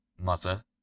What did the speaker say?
Mother